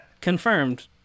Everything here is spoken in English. confirmed